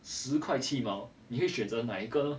十块七毛你会选择哪一个呢